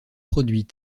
produit